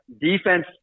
Defense